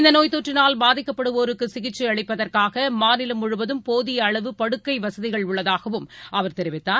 இந்தநோய்த் தொற்றினால் பாதிக்கப்படுவோருக்குசிகிச்சைஅளிப்பதற்காக மாநிலம் முழுவதம் போதியஅளவு படுக்கைவசதிகள் உள்ளதாகவும் அவர் தெரிவித்தார்